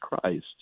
Christ